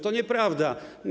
To nieprawda.